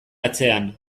atzean